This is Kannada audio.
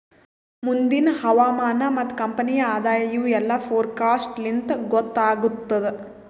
ಮುಂದಿಂದ್ ಹವಾಮಾನ ಮತ್ತ ಕಂಪನಿಯ ಆದಾಯ ಇವು ಎಲ್ಲಾ ಫೋರಕಾಸ್ಟ್ ಲಿಂತ್ ಗೊತ್ತಾಗತ್ತುದ್